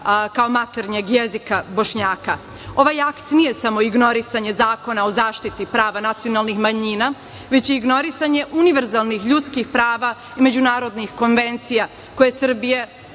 kao maternjeg jezika Bošnjaka. Ovaj akt nije samo ignorisanje Zakona o zaštiti prava nacionalnih manjina, već je i ignorisanje univerzalnih ljudskih prava i međunarodnih konvencija koje Srbija